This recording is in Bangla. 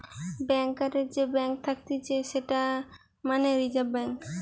ব্যাংকারের যে ব্যাঙ্ক থাকতিছে সেটা মানে রিজার্ভ ব্যাঙ্ক